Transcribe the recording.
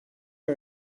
are